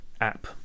app